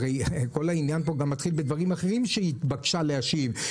הרי כל העניין פה מתחיל בדברים אחרים שהיא התבקשה להשיב עליהם,